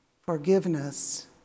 forgiveness